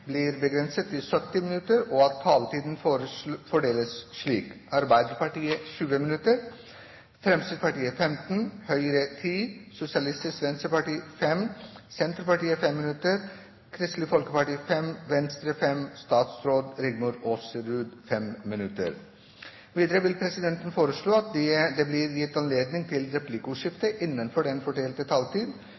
blir begrenset til 70 minutter, og at taletiden fordeles slik: Arbeiderpartiet 20 minutter, Fremskrittspartiet 15 minutter, Høyre 10 minutter, Sosialistisk Venstreparti 5 minutter, Senterpartiet 5 minutter, Kristelig Folkeparti 5 minutter, Venstre 5 minutter og statsråd Rigmor Aasrud 5 minutter. Videre vil presidenten foreslå at det blir gitt anledning til replikkordskifte